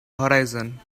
horizon